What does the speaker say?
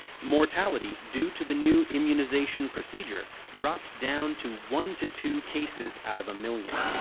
mortality, due to the new immunization procedure, dropped down to one to two cases out of a million.